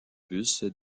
bus